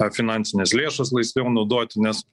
finansines lėšas laisviau naudoti nes